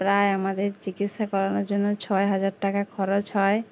প্রায় আমাদের চিকিৎসা করানোর জন্য ছয় হাজার টাকা খরচ হয়